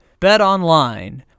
BetOnline